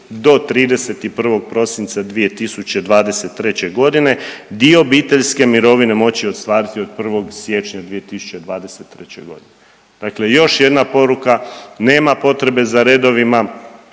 do 31. prosinca 2023. godine dio obiteljske mirovine moći ostvariti od 1. siječnja 2023. godine. Dakle, još jedna poruka, nema potrebe za redovima,